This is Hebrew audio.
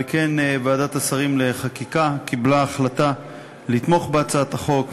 על כן ועדת השרים לחקיקה החליטה לתמוך בהצעת החוק,